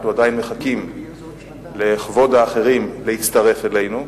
אנחנו עדיין מחכים לכבוד האחרים שיצטרפו אלינו.